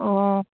অঁ